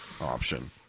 option